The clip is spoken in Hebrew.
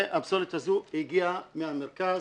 והפסולת הזו הגיעה מהמרכז,